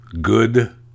Good